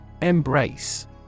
Embrace